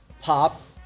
Pop